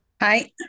Hi